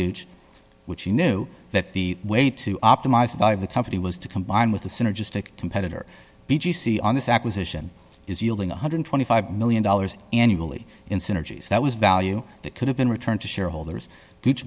gauge which he knew that the way to optimize by the company was to combine with the synergistic competitor p g c on this acquisition is yielding one hundred and twenty five million dollars annually in synergies that was value that could have been returned to shareholders